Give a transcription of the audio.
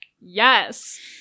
yes